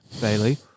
Bailey